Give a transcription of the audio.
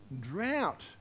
drought